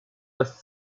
das